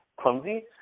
clumsy